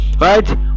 right